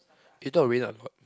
you thought rain ah got